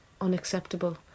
unacceptable